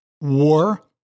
War